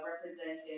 represented